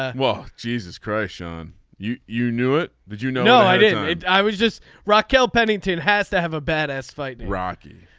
ah well jesus christ sean you you knew it. did you know i did um it. i was just rockwell pennington has to have a bad ass fight rocky.